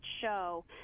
show